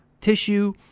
tissue